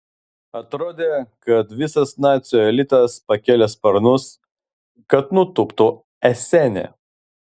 atrodė kad visas nacių elitas pakėlė sparnus kad nutūptų esene